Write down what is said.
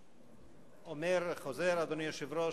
אומר, חוזר, אדוני היושב-ראש,